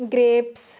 grapes